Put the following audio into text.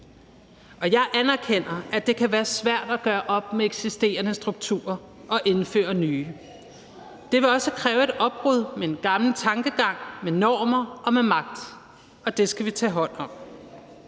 Jeg anerkender, at det kan være svært at gøre op med eksisterende strukturer og indføre nye. Det vil også kræve et opbrud med en gammel tankegang, med normer og med magt, og det skal vi tage hånd om.